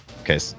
Okay